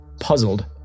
Puzzled